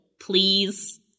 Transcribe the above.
please